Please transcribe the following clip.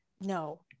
No